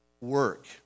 work